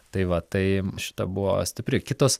tai va tai šita buvo stipri kitos